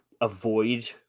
avoid